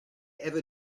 ever